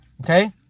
Okay